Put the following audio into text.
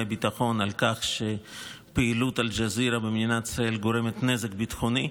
הביטחון על כך שפעילות אל-ג'זירה במדינת ישראל גורמת נזק ביטחוני,